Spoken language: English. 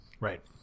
Right